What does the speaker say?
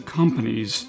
companies